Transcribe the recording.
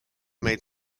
made